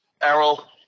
Errol